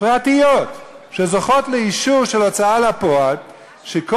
פרטיות שזוכות לאישור של ההוצאה לפועל, וכל